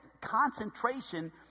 Concentration